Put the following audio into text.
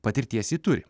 patirties ji turi